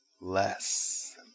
less